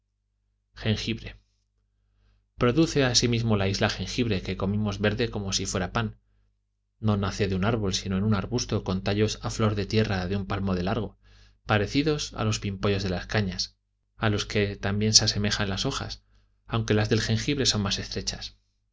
produce asimismo la isla jengibre que comimos verde como si fuera pan no nace en un árbol sino en un arbusto con tallos a flor de tierra de un palmo de largo parecidos a los pimpollos de las cañas a los que también se asemeja en las hojas aunque las del jengibre son más estrechas